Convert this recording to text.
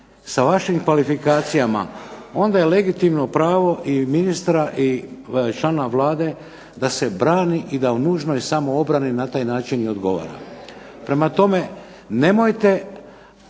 sa vašim kvalifikacijama, onda je legitimno pravo i ministra i članova Vlade da se brani i da u nužnoj samoobrani na taj način i odgovara. Prema tome nemojte